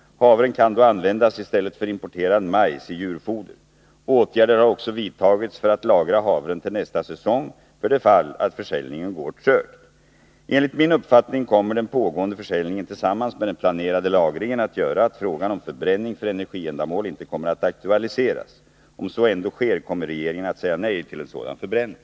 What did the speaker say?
Havren kan då användas i stället för importerad majs i djurfoder. Åtgärder har också vidtagits för att lagra havren till nästa säsong för det fall att försäljningen går trögt. Enligt min uppgift kommer den pågående försäljningen tillsammans med den planerade lagringen att göra att frågan om förbränning för energiändamål inte kommer att aktualiseras. Om så ändå sker, kommer regeringen att säga nej till en sådan förbränning.